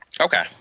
Okay